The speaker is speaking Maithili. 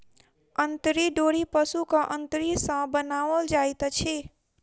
अंतरी डोरी पशुक अंतरी सॅ बनाओल जाइत अछि